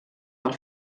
del